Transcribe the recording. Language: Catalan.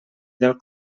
del